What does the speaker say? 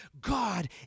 God